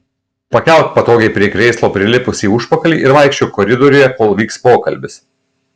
pakelk patogiai prie krėslo prilipusį užpakalį ir vaikščiok koridoriuje kol vyks pokalbis